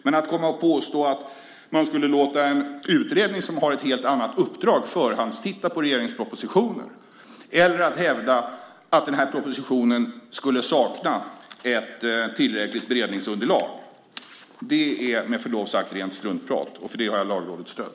Men att påstå att man skulle låta en utredning som har ett helt annat uppdrag förhandstitta på regeringens propositioner eller att hävda att den här propositionen saknar tillräckligt beredningsunderlag är, med förlov sagt, rent struntprat. För det har jag Lagrådets stöd.